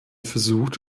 versucht